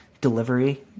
delivery